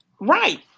Right